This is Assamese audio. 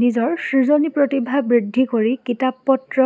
নিজৰ সৃজনী প্ৰতিভা বৃদ্ধি কৰি কিতাপ পত্ৰ